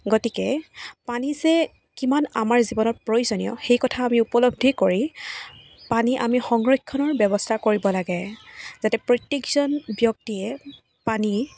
গতিকে পানী যে কিমান আমাৰ জীৱনত প্ৰয়োজনীয় সেই কথা আমি উপলব্ধি কৰি পানী আমি সংৰক্ষণৰ ব্যৱস্থা কৰিব লাগে যাতে প্ৰত্যেকজন ব্যক্তিয়ে পানী